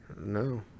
No